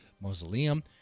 mausoleum